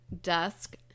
dusk